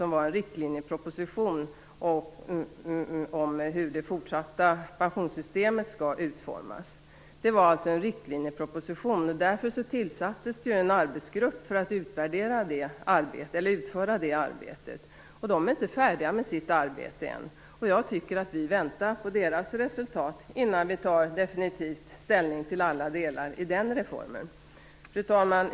Men riktlinjepropositionen om hur det fortsatta pensionssystemet skall utformas var alltså en riktlinjeproposition. Därför tillsattes ju en arbetsgrupp för att utföra det arbetet, och de är inte färdiga ännu. Jag tycker att vi väntar på deras resultat innan vi definitivt tar ställning till alla delar i den reformen. Fru talman!